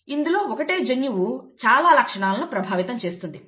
ఇందులో ఒకటే జన్యువు చాలా లక్షణాలను ప్రభావితం చేస్తుంది